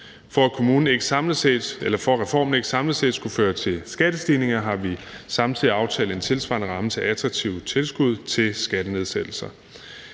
For at reformen ikke samlet set skulle føre til skattestigninger, har vi samtidig aftalt en tilsvarende ramme til attraktive tilskud til skattenedsættelser.